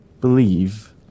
believe